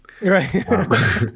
Right